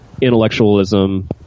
intellectualism